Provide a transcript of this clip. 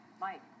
Mike